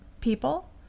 people